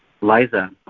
Liza